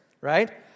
right